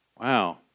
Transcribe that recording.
Wow